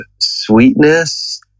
sweetness